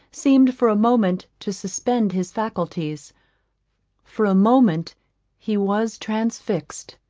seemed for a moment to suspend his faculties for a moment he was transfixed